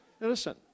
listen